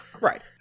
Right